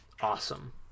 awesome